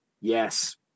Yes